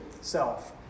self